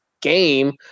game